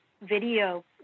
video